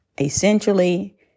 essentially